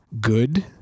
good